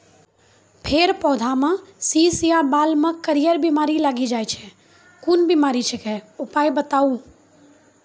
फेर पौधामें शीश या बाल मे करियर बिमारी लागि जाति छै कून बिमारी छियै, उपाय बताऊ?